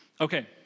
Okay